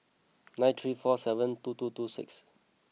nine three four seven two two two six